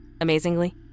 Amazingly